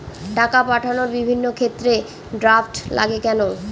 টাকা পাঠানোর বিভিন্ন ক্ষেত্রে ড্রাফট লাগে কেন?